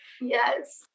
Yes